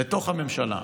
לתוך הממשלה,